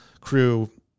crew